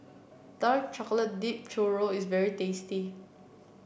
Dark Chocolate Dipped Churro is very tasty